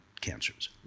cancers